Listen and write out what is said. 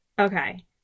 Okay